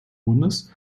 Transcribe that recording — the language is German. bundes